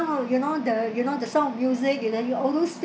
you know the you know the sound of music and then you all those things